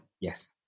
Yes